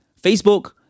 Facebook